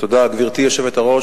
גברתי היושבת-ראש,